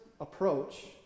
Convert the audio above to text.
approach